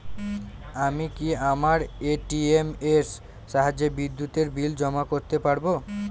আমি কি আমার এ.টি.এম এর সাহায্যে বিদ্যুতের বিল জমা করতে পারব?